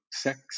sex